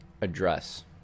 address